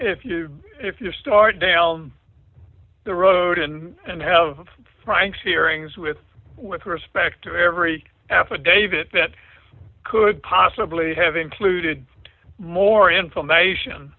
if you if you start down the road and have frank's hearings with with respect to every affidavit that could possibly have included more information